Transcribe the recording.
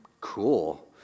cool